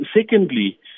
secondly